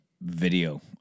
video